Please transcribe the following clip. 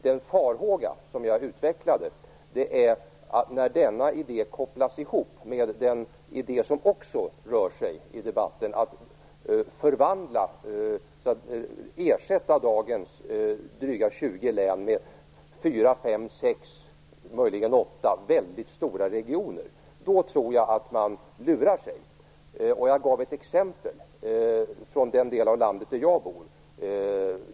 Men jag utvecklade också en farhåga över att denna idé kopplas ihop med den idé som också förekommer i debatten om att ersätta dagens dryga 20 län med 4-6, möjligen 8, väldigt stora regioner. Det tror jag är att lura sig själv. Jag gav ett exempel från den del av landet där jag bor.